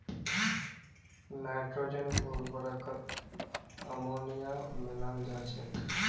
nitrogen उर्वरकत ammonia मिलाल जा छेक